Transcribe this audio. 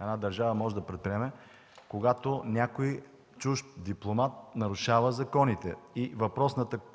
една държава може да предприеме, когато някой чужд дипломат нарушава законите и